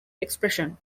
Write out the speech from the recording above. expression